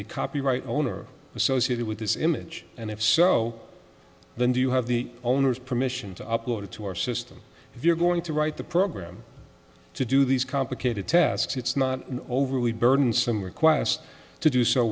the copyright owner associated with this image and if so then do you have the owner's permission to upload it to our system if you're going to write the program to do these complicated tasks it's not an overly burdensome request to do so